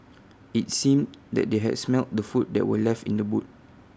IT seemed that they had smelt the food that were left in the boot